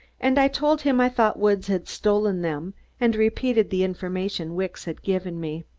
and i told him i thought woods had stolen them and repeated the information wicks had given me.